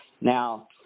Now